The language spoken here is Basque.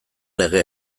lege